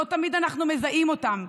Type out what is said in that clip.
לא תמיד אנחנו מזהים אותם.